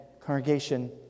congregation